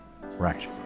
Right